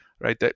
right